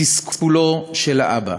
תסכולו של האבא.